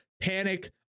Panic